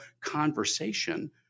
conversation